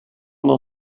nån